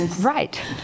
Right